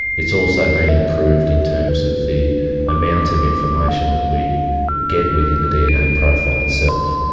it's also been improved in terms of the amount of information that we get within the dna profile itself,